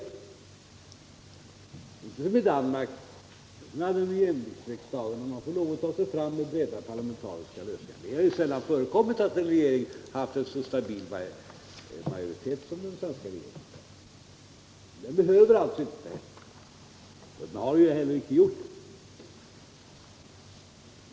Det är inte som i Danmark med jämviktsriksdag, där man får lov att ta sig fram med breda parlamentariska lösningar. Det har sällan i Sverige förekommit att en regering haft en sådan stabilitet som i dag. Den behöver alltså inte ta hänsyn, och det har den heller icke gjort.